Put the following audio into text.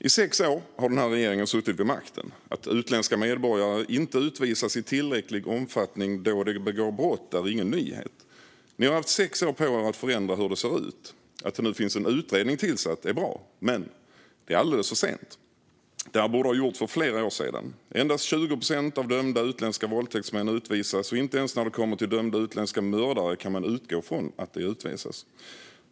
I sex år har denna regering suttit vid makten. Att utländska medborgare inte utvisas i tillräcklig omfattning då de begår brott är ingen nyhet. Ni har haft sex år på er att förändra hur det ser ut. Att det tillsatts en utredning är bra men alldeles för sent. Detta borde ha gjorts för flera år sedan. Endast 20 procent av dömda utländska våldtäktsmän utvisas. Inte ens när det kommer till dömda utländska mördare kan man utgå från att de utvisas.